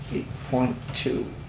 point two.